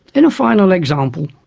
in a final example,